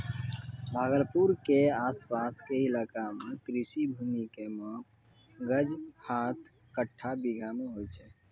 भागलपुर के आस पास के इलाका मॅ कृषि भूमि के माप गज, हाथ, कट्ठा, बीघा मॅ होय छै